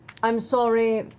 i'm sorry